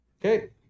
Okay